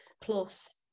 plus